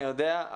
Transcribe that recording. אני יודע,